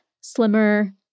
slimmer